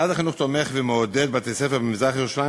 משרד החינוך תומך ומעודד בתי-ספר במזרח-ירושלים